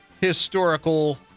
historical